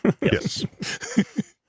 Yes